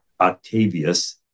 Octavius